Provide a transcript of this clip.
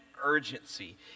urgency